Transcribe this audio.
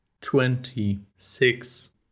twenty-six